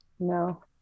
No